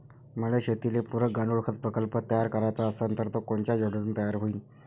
मले शेतीले पुरक गांडूळखत प्रकल्प तयार करायचा असन तर तो कोनच्या योजनेतून तयार होईन?